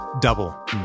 Double